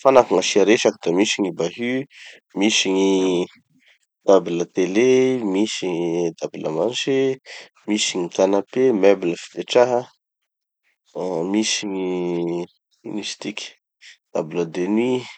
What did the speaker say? Fanaky gn'asia resaky da misy gny bahut, misy gny table télé, misy gny table à manger, misy gny canapé meuble fipetraha, ah misy gny ino izy tiky, table de nuits.